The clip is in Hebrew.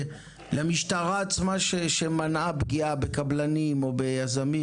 או למשטרה שמנעה פגיעה בקבלנים או ביזמים.